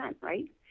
right